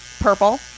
purple